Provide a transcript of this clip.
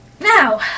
Now